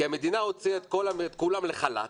כי המדינה הוציאה את כולם לחל"ת.